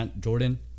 Jordan